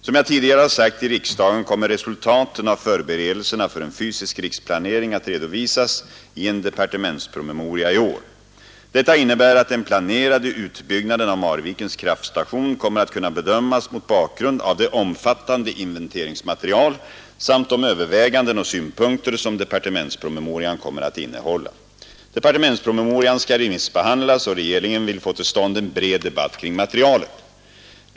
Som jag tidigare har sagt i riksdagen kommer resultaten av 83 förberedelserna för en fysisk riksplanering att redovisas i en departementspromemoria i år. Detta innebär att den planerade utbyggnaden av Marvikens kraftstation kommer att kunna bedömas mot bakgrund av det omfattande inventeringsmaterial samt de överväganden och synpunkter som departementspromemorian kommer att innehålla. Departementspromemorian skall remissbehandlas, och regeringen vill få till stånd en bred debatt kring materialet.